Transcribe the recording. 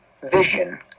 Vision